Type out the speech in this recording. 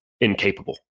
incapable